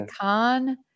khan